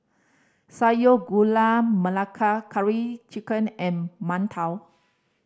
Gula Melaka Curry Chicken and mantou